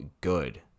good